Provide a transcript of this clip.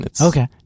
Okay